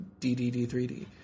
DDD3D